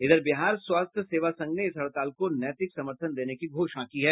इधर बिहार स्वास्थ्य सेवा संघ ने इस हड़ताल को नैतिक समर्थन देने की घोषणा की है